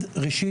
הזו.